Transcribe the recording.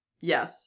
yes